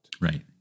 Right